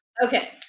Okay